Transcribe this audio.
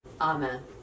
Amen